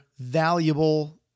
valuable